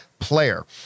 player